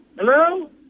Hello